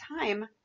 time